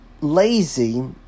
lazy